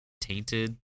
tainted